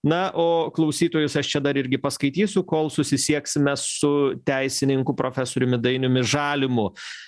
na o klausytojus aš čia dar irgi paskaitysiu kol susisieksime su teisininku profesoriumi dainiumi žalimu